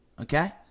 Okay